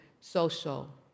social